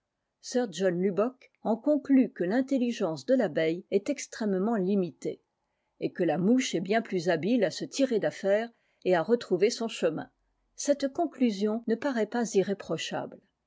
conclut que tîntelligence de tabeille est extrêmement limitée et que la mouche est bien plus habile à se tirer d'affaire et à retrouver son chemin cette conclusion ne paraît pas irréprochable